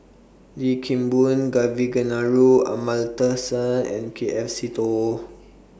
Lim Kim Boon Kavignareru Amallathasan and K F Seetoh